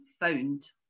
found